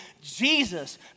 Jesus